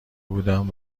بودم